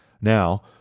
Now